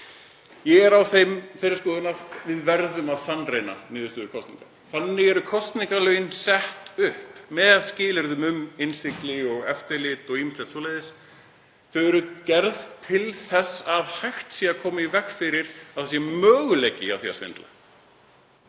Ég er á þeirri skoðun að við verðum að sannreyna niðurstöður kosninga. Þannig eru kosningalögin sett upp, með skilyrðum um innsigli og eftirlit og ýmislegt svoleiðis. Þau eru gerð til þess að hægt sé að koma í veg fyrir að það sé möguleiki á því að svindla.